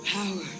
Power